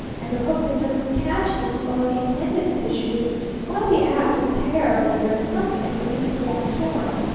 and the hook that doesn't catch in its own intended tissue is mighty apt to tear later at something you didn't want torn.